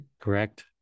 correct